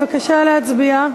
בבקשה להצביע.